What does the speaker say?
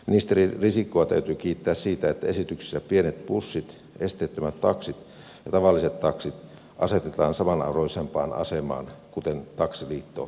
ministeri risikkoa täytyy kiittää siitä että esityksessä pienet bussit esteettömät taksit ja tavalliset taksit asetetaan samanarvoisempaan asemaan kuten taksiliittokin esitti